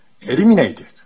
eliminated